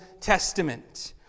Testament